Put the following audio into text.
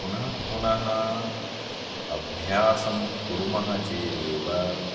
पुनः पुनः अभ्यासं कुर्मः चेदेव